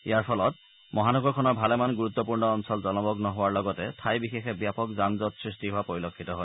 ইয়াৰ ফলত চহৰখনৰ ভালেমান গুৰুতপূৰ্ণ অঞ্চল জলমগ্ন হোৱাৰ লগতে ঠাই বিশেষে ব্যাপক যান জঁট সৃষ্টি হোৱা পৰিলক্ষিত হয়